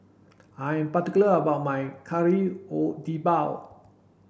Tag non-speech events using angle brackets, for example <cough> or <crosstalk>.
I'm particular about my Kari <unintelligible> Debal